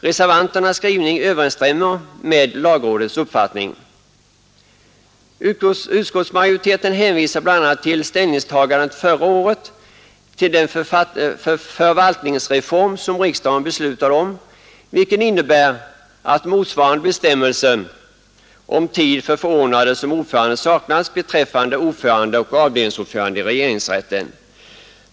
Reservanternas skrivning överensstämmer med lagrådets uppfattning. Utskottsmajoriteten åberopar bl.a. ställningstagandet förra året till den förvaltningsreform som riksdagen beslutade om, vilken innebär att motsvarande bestämmelser om tid för förordnande som ordförande saknas beträffande ordförande och avdelningsordförande i regeringsrätten.